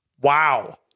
Wow